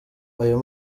ayo